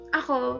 ako